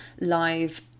live